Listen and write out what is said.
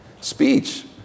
speech